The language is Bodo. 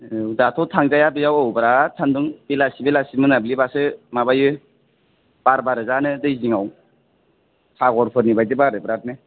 आव दा थ थांजाया बेयाव बिरात सान्दुं नों बेलासि बेलासि मोनाबिलिबासो माबायो बार बारो जा नो दै जिंआव सागरफोरनि बायदि बारो बिरातनो